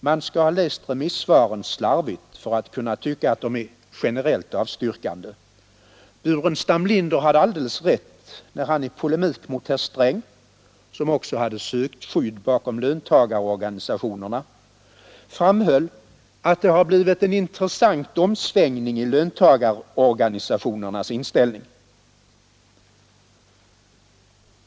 Man skall ha läst remissvaren slarvigt för att kunna tycka att de generellt är avstyrkande. I polemik mot herr Sträng, som också sökt skydd bakom löntagarorganisationerna, framhöll herr Burenstam Linder att det blivit en intressant omsvängning i löntagarorganisationernas inställning.